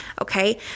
Okay